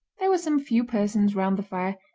there were some few persons round the fire,